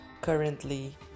currently